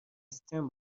stem